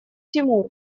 тимур